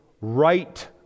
right